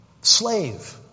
slave